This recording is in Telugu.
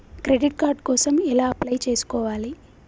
క్రెడిట్ కార్డ్ కోసం ఎలా అప్లై చేసుకోవాలి?